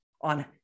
on